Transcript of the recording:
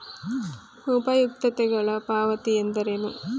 ಉಪಯುಕ್ತತೆಗಳ ಪಾವತಿ ಎಂದರೇನು?